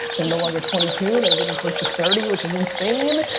they're no longer twenty two, they're getting close to thirty, which is insane.